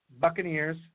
Buccaneers